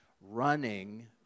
Running